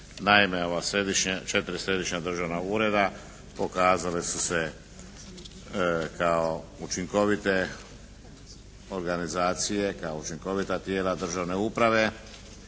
Naime, ova četiri središnja državna ureda pokazala su se kao učinkovite organizacije, kao učinkovita tijela državne uprave